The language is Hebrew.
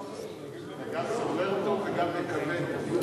גם זוכר אותו וגם מכבד אותו.